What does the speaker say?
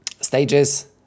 stages